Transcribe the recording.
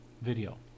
video